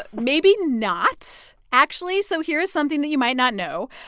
maybe not actually. so here's something that you might not know.